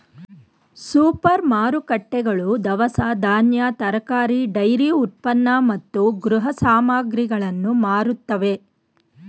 super ಮಾರುಕಟ್ಟೆಗಳು ದವಸ ಧಾನ್ಯ, ತರಕಾರಿ, ಡೈರಿ ಉತ್ಪನ್ನ ಮತ್ತು ಗೃಹ ಸಾಮಗ್ರಿಗಳನ್ನು ಮಾರುತ್ತವೆ